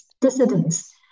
dissidents